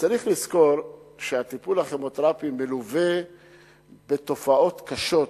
צריך לזכור שהטיפול הכימותרפי מלווה בתופעות קשות,